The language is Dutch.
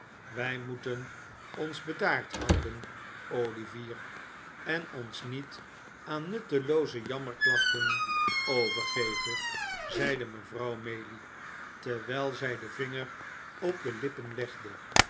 wij moeten ons bedaard houden olivier en ons niet aan nuttelooze jammerklachten overgeven zeide mevrouw maylie terwijl zij den vinger op de lippen legde